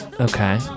Okay